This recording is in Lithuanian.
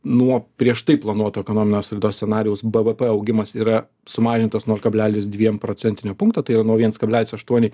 nuo prieš tai planuoto ekonomijos raidos scenarijaus bvp augimas yra sumažintas nol kablelis dviem procentinio punkto tai yra nuo viens kablelis aštuoni